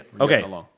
Okay